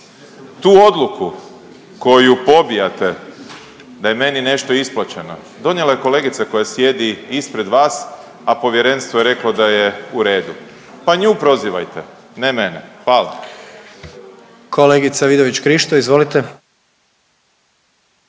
tu odluku koju pobijate da je meni nešto isplaćeno donijela je kolegica koja sjedi ispred vas, a povjerenstvo je reklo da je u redu, pa nju prozivajte, ne mene, hvala. **Jandroković, Gordan